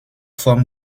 forme